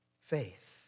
faith